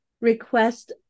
request